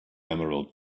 emerald